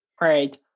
Right